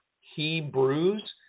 Hebrews